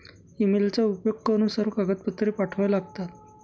ईमेलचा उपयोग करून सर्व कागदपत्रे पाठवावे लागतात